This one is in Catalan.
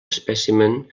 espècimen